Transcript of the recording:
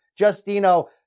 Justino